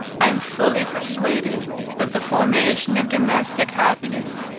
i am fully persuaded that the formation of domestic happiness,